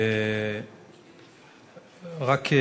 רק,